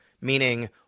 meaning